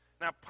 Now